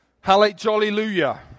Hallelujah